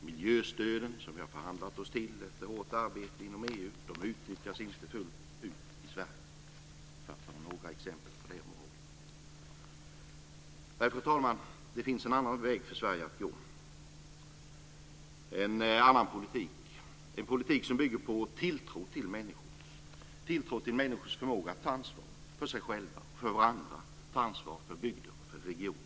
Miljöstöden, som vi har förhandlat oss till efter hårt arbete inom EU, utnyttjas inte fullt ut i Sverige - detta för att ta några exempel på det området. Fru talman! Det finns en annan väg för Sverige att gå, en annan politik, en politik som bygger på tilltro till människor, till människors förmåga att ta ansvar för sig själva och för andra, för bygden och regionen.